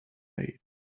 made